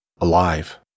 alive